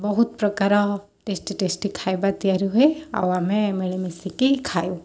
ବହୁତ ପ୍ରକର tasty tasty ଖାଇବା ତିଆରି ହୁଏ ଆଉ ଆମେ ମିଳିମିଶିକି ଖାଉ